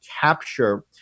capture